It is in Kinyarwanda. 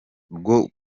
rwo